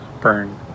Burn